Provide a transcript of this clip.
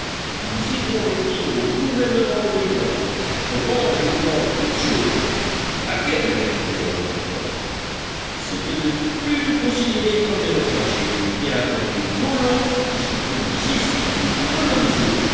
nous irons l'offrir au gouvernement de l'union seulement je demande une chose laquelle répondit le reporter c'est de ne plus nous considérer comme des naufragés mais bien comme des colons qui sont venus ici pour coloniser